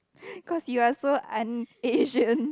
cause you are so un-Asian